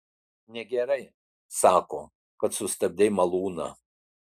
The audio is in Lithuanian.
negerai sako kad sustabdei malūną